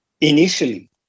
initially